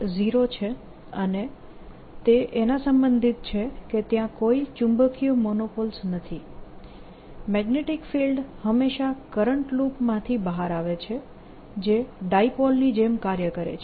B0 છે તે એના સંબંધિત છે કે ત્યાં કોઈ ચુંબકીય મોનોપોલ્સ નથી મેગ્નેટીક ફિલ્ડ હંમેશા કરંટ લૂપ માંથી બહાર આવે છે જે ડાયપોલ ની જેમ કાર્ય કરે છે